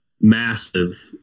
massive